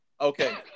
Okay